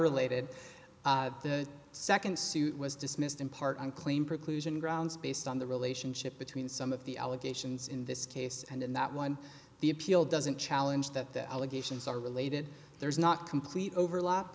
related the second suit was dismissed in part on claim preclusion grounds based on the relationship between some of the allegations in this case and in that one the appeal doesn't challenge that the allegations are related there is not complete overla